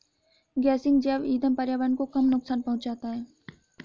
गेसिंग जैव इंधन पर्यावरण को कम नुकसान पहुंचाता है